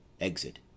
Exit